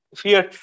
fear